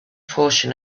portion